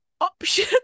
Option